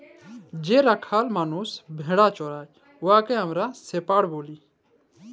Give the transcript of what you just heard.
যে রাখাল মালুস ভেড়া চরাই উয়াকে আমরা শেপাড় ব্যলি